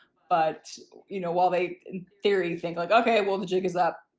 but you know, while they in theory think like okay well the jig is up,